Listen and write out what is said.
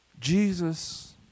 Jesus